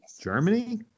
Germany